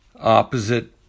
opposite